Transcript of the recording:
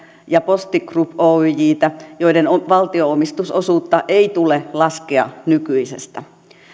ja posti group oyjtä joiden valtionomistusosuutta ei tule laskea nykyisestä